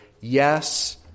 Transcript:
yes